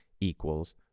equals